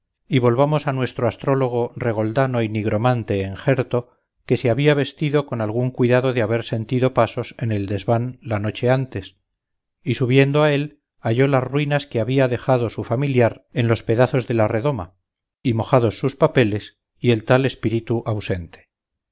y volvamos a nuestro astrólogo regoldano y nigromante enjerto que se había vestido con algún cuidado de haber sentido pasos en el desván la noche antes y subiendo a él halló las ruinas que había dejado su familiar en los pedazos de la redoma y mojados sus papeles y el tal espíritu ausente